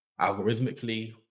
algorithmically